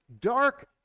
dark